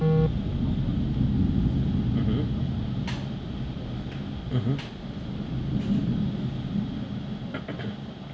mmhmm mmhmm